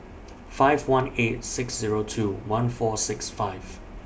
five one eight six Zero two one four six five